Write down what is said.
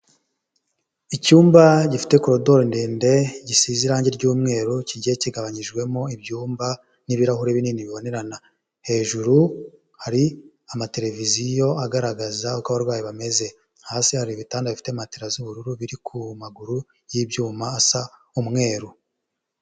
Icyumba gifite korodoro ndende gisize irange ry'umweru kijyiye kigabanyijwemo ibyumba n'ibirahure binini bibonerana, hejuru hari amatereviziyo agaragaza uko abarwayi bameze, hasi hari ibitanda bifite matera z'ubururu biri ku maguru y'ibyuma asa umweru.